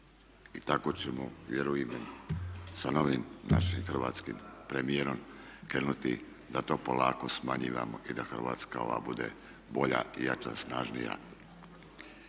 I tako ćemo vjerujem sa novim našim hrvatskim premijerom krenuti da to polako smanjujemo i da Hrvatska bude bolja i jača, snažnija.